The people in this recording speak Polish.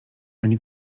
ani